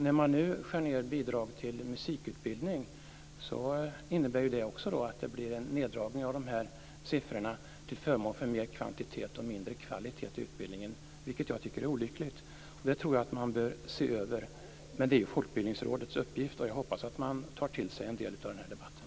När man skär ned bidragen till musikutbildning innebär det att det blir neddragningar till förmån för mer kvantitet och mindre kvalitet i utbildningen, vilket jag tycker är olyckligt. Det tror jag att man bör se över. Det är Folkbildningsrådets uppgift. Jag hoppas att man tar till sig en del av den här debatten.